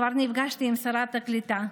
כבר נפגשתי עם שרת הקליטה,